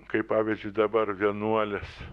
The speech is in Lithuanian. kaip pavyzdžiui dabar vienuolės